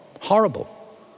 horrible